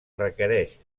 requereix